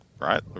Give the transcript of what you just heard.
right